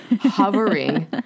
hovering